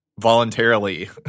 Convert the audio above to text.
voluntarily